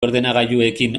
ordenagailuekin